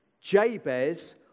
Jabez